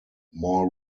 more